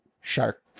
Shark